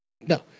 No